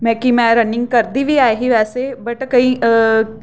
में कि में रनिंग करदी बी ऐ ही वैसे बट केईं